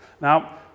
Now